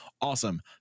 Awesome